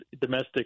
domestic